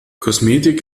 kosmetik